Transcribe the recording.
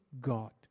God